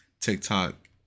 TikTok